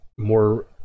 more